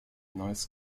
noise